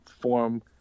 form